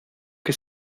que